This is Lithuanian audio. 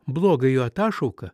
bloga jų atašauka